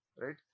right